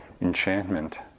enchantment